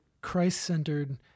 Christ-centered